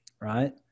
right